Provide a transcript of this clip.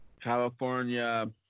California